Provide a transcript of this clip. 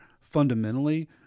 Fundamentally